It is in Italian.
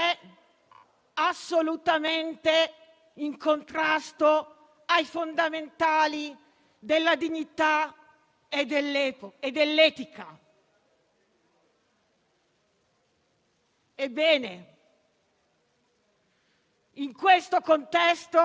a parole che hanno trovato il loro fondamento e la loro attenzione in un processo di condivisione tale per cui